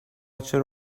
چرا